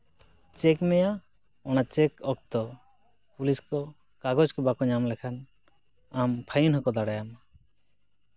check ᱢᱮᱭᱟ ᱚᱱᱟ check ᱚᱠᱛᱚ ᱯᱩᱞᱤᱥ ᱠᱚ ᱠᱟᱜᱚᱡᱽ ᱠᱚ ᱵᱟᱠᱚ ᱧᱟᱢ ᱞᱮᱠᱷᱟᱱ ᱟᱢ ᱯᱷᱟᱭᱤᱱ ᱦᱚᱸᱠᱚ ᱫᱟᱲᱮᱭᱟᱢᱟ